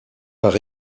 par